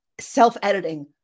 self-editing